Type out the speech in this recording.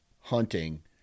hunting